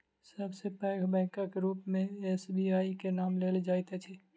सब सॅ पैघ बैंकक रूप मे एस.बी.आई के नाम लेल जाइत अछि